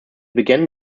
began